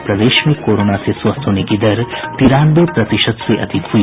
और प्रदेश में कोरोना से स्वस्थ होने की दर तिरानवे प्रतिशत से अधिक हुई